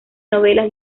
novelas